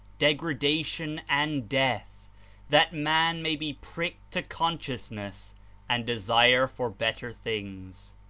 degradation and death that man may be pricked to consciousness and desire for better things.